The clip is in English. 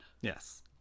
Yes